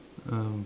um